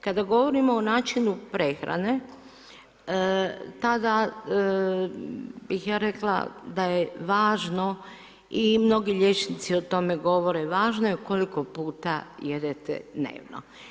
Kada govorimo o načinu prehrane, tada bih ja rekla da je važno i mnogi liječnici o tome govore, važno je koliko puta jedete dnevno.